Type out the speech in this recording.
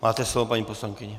Máte slovo, paní poslankyně.